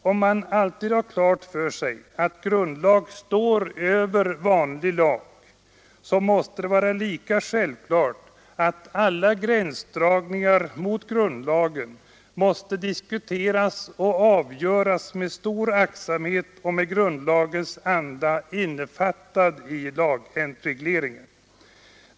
Om man alltid har klart för sig att grundlag står över vanlig lag måste det vara lika självklart att alla gränsdragningar mot grundlagen måste diskuteras och avgöras med stor aktsamhet och med grundlagens anda innefattad i lagregleringen.